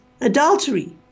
adultery